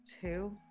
Two